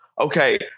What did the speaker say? okay